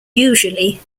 usually